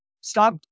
stop